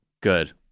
Good